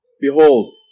Behold